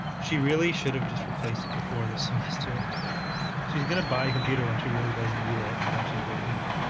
she really should have just replaced it before this semester she's gonna buy a computer when she really doesn't need it and now she's working from